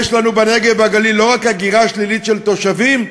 יש לנו בנגב והגליל לא רק הגירה שלילית של תושבים,